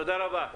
תודה רבה.